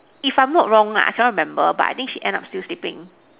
if I'm not wrong lah I cannot remember but I think she end up still sleeping